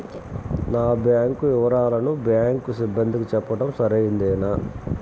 నా బ్యాంకు వివరాలను బ్యాంకు సిబ్బందికి చెప్పడం సరైందేనా?